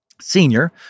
senior